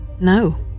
No